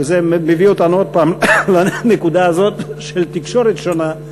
וזה מביא אותנו עוד הפעם לנקודה הזו של תקשורת שונה.